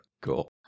cool